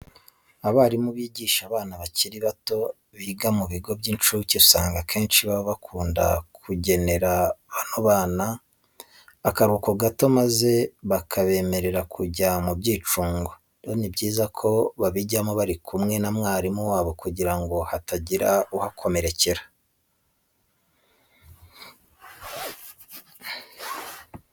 Abarimu bigisha abana bakiri bato biga mu bigo by'incuke usanga akenshi baba bakunda kugenera bano bana akaruhuko gato maze bakabemerera kujya mu byicungo. Rero ni byiza ko babijyamo bari kumwe na mwarimu wabo kugira ngo hatagira uhakomerekera.